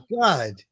God